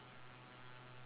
ya